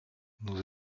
nous